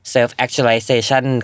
Self-actualization